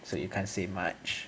so you can't say much